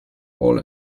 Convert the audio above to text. all